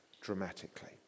dramatically